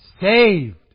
saved